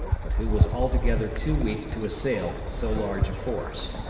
but who was altogether too weak to assail so large a force.